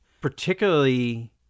particularly